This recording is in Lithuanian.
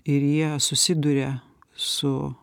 ir jie susiduria su